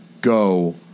go